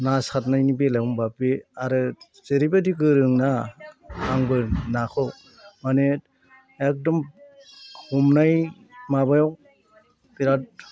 ना सारनायनि बेलायाव होनबा बे आरो जेरैबादि गोरों ना आंबो नाखौ माने एकदम हमनाय माबायाव बिराद